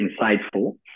insightful